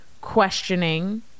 questioning